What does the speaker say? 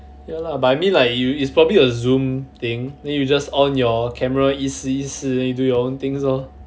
ya lah but I mean like you is probably a zoom thing then you just on your camera 意思意思 then you do your own things lor